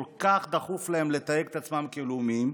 כל כך דחוף להם לתייג את עצמם כלאומיים?